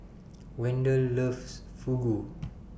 Wendel loves Fugu